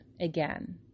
again